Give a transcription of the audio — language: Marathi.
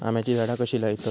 आम्याची झाडा कशी लयतत?